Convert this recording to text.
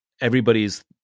everybody's